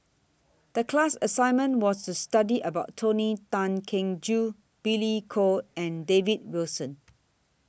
The class assignment was to study about Tony Tan Keng Joo Billy Koh and David Wilson